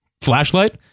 flashlight